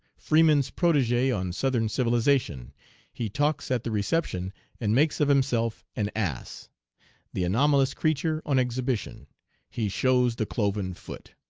freeman's protege on southern civilization he talks at the reception and makes of himself an ass the anomalous creature on exhibition he shows the cloven foot.